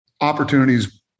opportunities